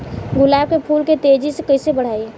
गुलाब के फूल के तेजी से कइसे बढ़ाई?